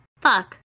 fuck